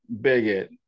bigot